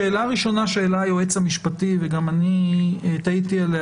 שאלה ראשונה שהעלה היועץ המשפטי וגם אני תהיתי עליה